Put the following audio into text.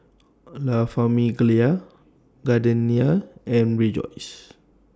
La Famiglia Gardenia and Rejoice